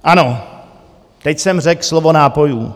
Ano, teď jsem řekl slovo nápojů.